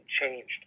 changed